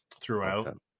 throughout